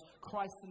Christ